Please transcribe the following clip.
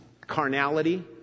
carnality